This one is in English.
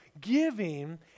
giving